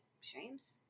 shame's